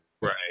right